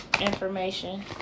information